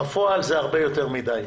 בפועל זה הרבה יותר מדי.